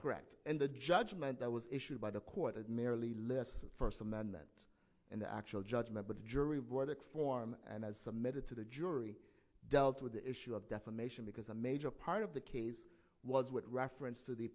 correct and the judgment that was issued by the court had merely less first amendment in the actual judgment but the jury verdict form and as submitted to the jury dealt with the issue of defamation because a major part of the case was with reference t